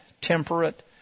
temperate